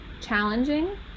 challenging